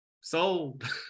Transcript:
sold